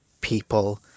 people